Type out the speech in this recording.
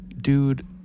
Dude